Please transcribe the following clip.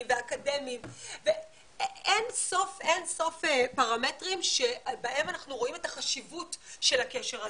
ואקדמיים ואין סוף פרמטרים שבהם אנחנו רואים את החשיבות של הקשר הזה.